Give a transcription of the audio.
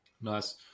Nice